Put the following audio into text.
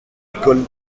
école